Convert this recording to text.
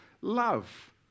love